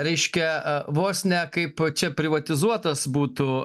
reiškia vos ne kaip čia privatizuotas būtų